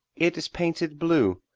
it is painted blue.